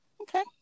Okay